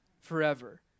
forever